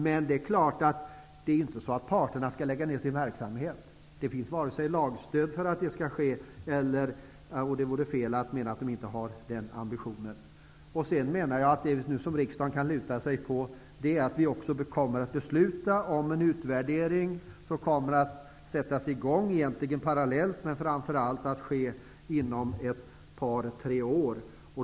Men det är klart att parterna inte skall lägga ned sin verksamhet. Det finns inget lagstöd för att det skall ske. Det vore fel att mena att man har den ambitionen. Jag menar att det som riksdagen kan luta sig mot är att vi också kommer att besluta om en utvärdering, som kommer att sättas i gång parallellt, men som framför allt kommer att ske inom ett par tre år.